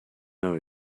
know